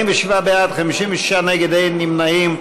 47 בעד, 56 נגד, אין נמנעים.